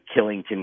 Killington